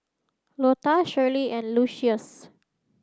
Lota Shirley and Lucius